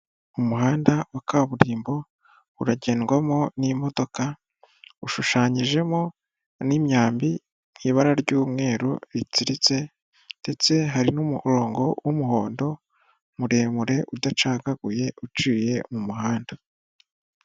Umuhanda wa kaburimbo uragendwamo n'imodoka, ushushanyijemo n'imyambi m'ibara ry'umweru ritsiritse ndetse hari n'umurongo w'umuhondo muremure udacagaguye uciye mu muhanda.